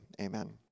Amen